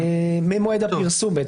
ממועד הפרסום.